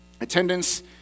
Attendance